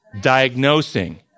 diagnosing